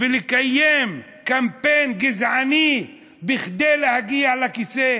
ולקיים קמפיין גזעני כדי להגיע לכיסא.